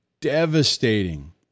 devastating